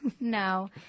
No